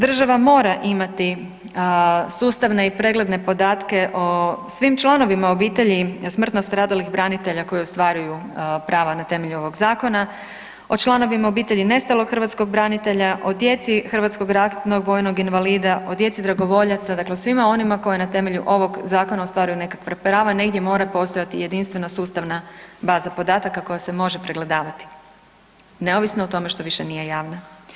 Država mora imati sustavne i pregledne podatke o svim članovima obitelji smrtno stradalih branitelja koji ostvaruju prava na temelju ovog zakona o članovima obitelji nestalog hrvatskog branitelja, o djeci hrvatskog ratnog vojnog invalida, o djeci dragovoljaca, dakle o svima onima koji na temelju ovog zakona ostvaruju nekakva prava negdje mora postojati jedinstvena sustavna baza podataka koja se može pregledavati neovisno o tome što više nije javna.